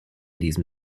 diesem